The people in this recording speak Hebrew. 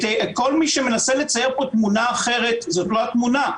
כל מי שמנסה לצייר פה תמונה אחרת זאת לא התמונה.